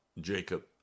Jacob